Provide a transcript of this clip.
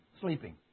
sleeping